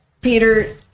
Peter